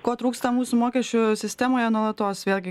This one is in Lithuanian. ko trūksta mūsų mokesčių sistemoje nuolatos vėlgi